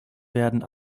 werden